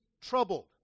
troubled